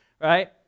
right